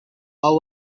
how